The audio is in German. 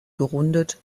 gerundet